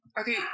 Okay